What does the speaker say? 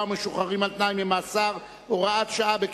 ומשוחררים על-תנאי ממאסר (הוראת שעה),